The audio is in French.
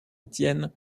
étienne